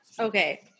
Okay